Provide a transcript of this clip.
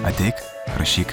ateik rašyk